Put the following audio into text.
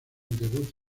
debut